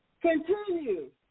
Continue